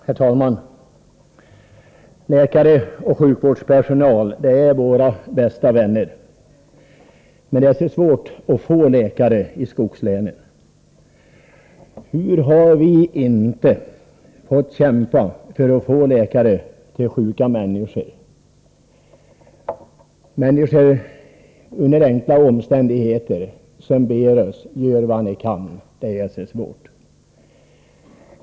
Herr talman! I skogslänen är läkare och sjukvårdspersonal våra bästa vänner. Men det är svårt för oss att få läkare. Hur har vi inte fått kämpa för det! Det gäller människor i knappa omständigheter, och de ber oss: Gör vad ni kan! Det är så svårt.